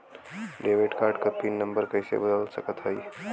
Debit card क pin number कइसे बदल सकत हई?